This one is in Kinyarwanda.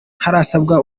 harasabwa